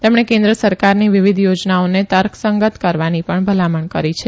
તેમણે કેન્દ્ર સરકારની વિવિધ યોજનાઓને તકસંગન કરવાની ણ ભલામણ કરી છે